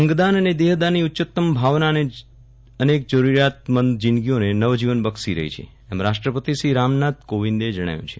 અંગદાન અને દેહદાનની ઉચ્ચતમ ભાવના અનેક જરૂરિયાતમંદ જિંદગીઓને નવજીવન બક્ષી રહી છે એમ રાષ્ટ્રપતિ શ્રી રામનાથ કોવિંદે જજ્ઞાવ્યું છે